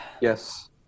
Yes